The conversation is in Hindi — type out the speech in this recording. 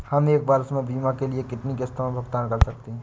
हम एक वर्ष में बीमा के लिए कितनी किश्तों में भुगतान कर सकते हैं?